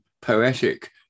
poetic